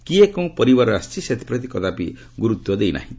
କିଏ କେଉଁ ପରିବାରରୁ ଆସିଛି ସେଥିପ୍ରତି କଦାପି ଗୁରୁତ୍ୱ ଦେଇ ନାହିଁ